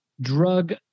drug